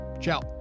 Ciao